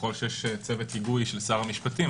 ככל שיש צוות היגוי של שר המשפטים,